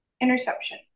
Interception